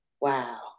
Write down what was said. Wow